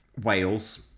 wales